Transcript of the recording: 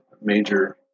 major